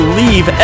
leave